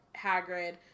Hagrid